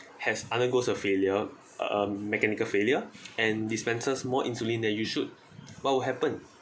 has undergoes a failure um mechanical failure and dispenses more insulin that you should what will happen